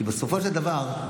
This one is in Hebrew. כי בסופו של דבר,